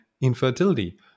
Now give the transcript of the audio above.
infertility